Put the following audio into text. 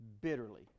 bitterly